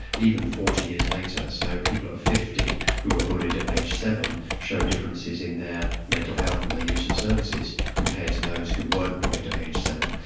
even forty years later. so people at fifty who were bullied at aged seven show differences in their mental health and their use of services compared to those who weren't bullied at age seven.